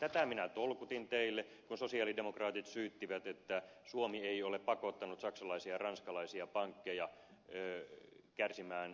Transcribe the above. tätä minä tolkutin teille kun sosialidemokraatit syyttivät että suomi ei ole pakottanut saksalaisia ranskalaisia pankkeja kärsimään tappioita